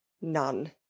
none